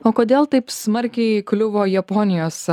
o kodėl taip smarkiai kliuvo japonijos